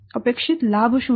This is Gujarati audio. અપેક્ષિત લાભ શું થશે